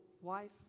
wife